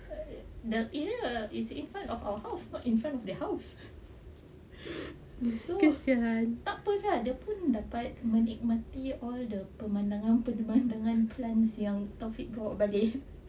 the area is in front of our house not in front of their house so takpe lah dorang pun dapat menikmati all the pemandangan-pemandangan plants yang taufik bawa balik